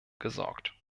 gesorgt